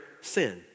sin